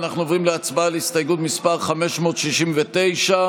אנחנו עוברים להצבעה על סעיף 2 כנוסח הוועדה.